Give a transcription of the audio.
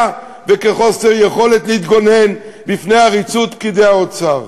וכחוסר יכולת להתגונן בפני עריצות פקידי האוצר.